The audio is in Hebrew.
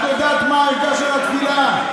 את יודעת מה ערכה של התפילה.